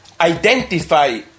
identify